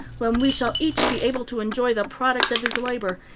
when we shall each be able to enjoy the product of his labor,